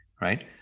right